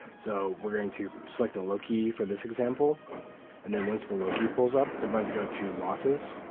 so we're going to select the loki for this example and then once the loki pulls up we're going to go to losses